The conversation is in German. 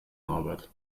norbert